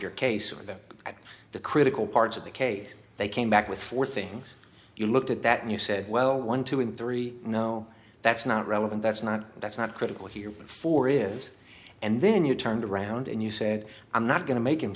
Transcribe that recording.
your case that the critical parts of the case they came back with four things you looked at that and you said well one two and three no that's not relevant that's not that's not critical here before is and then you turned around and you said i'm not going to make him